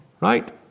Right